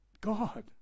God